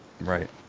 right